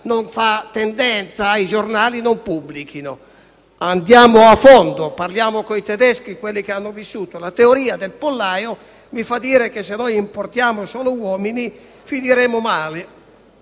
hanno pregato i giornali di non pubblicarla. Andiamo a fondo, parliamo con i tedeschi, quelli che hanno vissuto. La teoria del pollaio mi fa dire che se noi importiamo solo uomini finiremo male.